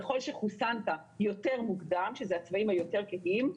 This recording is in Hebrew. ככל שחוסנת יותר מוקדם, שאלה הצבעים היותר כהים,